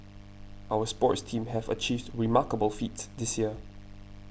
our sports teams have achieved remarkable feats this year